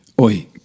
Oi